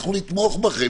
אנחנו נתמוך בכם.